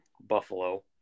Buffalo